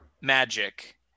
magic